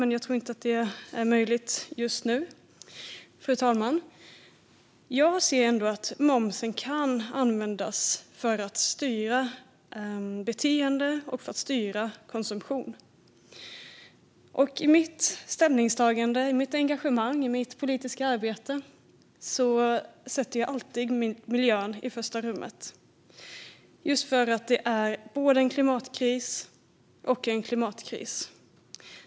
Jag tror dock inte att det är möjligt just nu. Fru talman! Jag ser ändå att momsen kan användas för att styra beteenden och konsumtion. I mina ställningstaganden, i mitt engagemang och i mitt politiska arbete sätter jag alltid miljön i första rummet eftersom det är både miljökris och klimatkris.